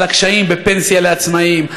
על הקשיים בפנסיה לעצמאים,